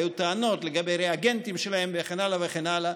היו טענות לגבי ריאגנטים שלהם וכן הלאה וכן הלאה,